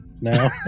now